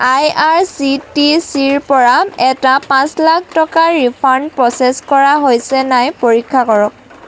আই R C T C ৰ পৰা এটা পাঁচ লাখ টকাৰ ৰিফাণ্ড প্ৰ'চেছ কৰা হৈছে নাই পৰীক্ষা কৰক